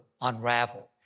unravel